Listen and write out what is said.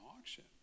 auction